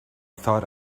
thought